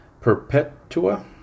Perpetua